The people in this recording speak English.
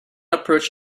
approach